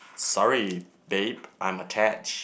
sorry babe I'm attached